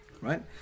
Right